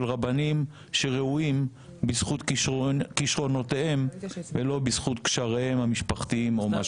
רבנים שראויים בזכות כישרונותיהם ולא בזכות קשריהם המשפחתיים או משהו אחר.